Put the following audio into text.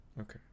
Okay